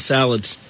Salads